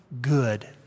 good